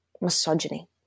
misogyny